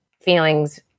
feelings